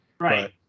right